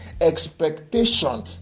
Expectation